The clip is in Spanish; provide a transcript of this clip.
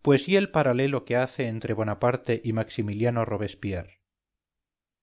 pues y el paralelo que hace entre bonaparte y maximiliano robespierre